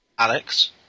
Alex